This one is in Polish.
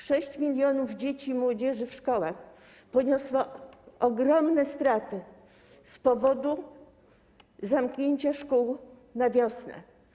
6 mln dzieci i młodzieży w szkołach poniosło ogromne straty z powodu zamknięcia szkół na wiosnę.